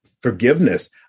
forgiveness